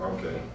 Okay